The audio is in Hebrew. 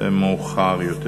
מאוחר יותר.